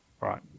right